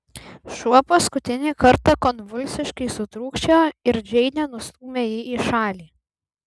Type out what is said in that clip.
šuo paskutinį kartą konvulsiškai sutrūkčiojo ir džeinė nustūmė jį į šalį